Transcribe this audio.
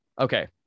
Okay